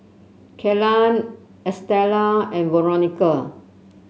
Kellan Estella and Veronica